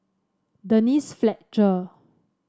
Denise Fletcher